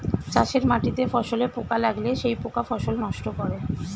চাষের মাটিতে ফসলে পোকা লাগলে সেই পোকা ফসল নষ্ট করে